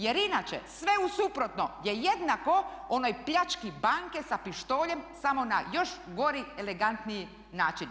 Jer inače sve u suprotno je jednako onoj pljački banke sa pištoljem samo na još gori elegantniji način.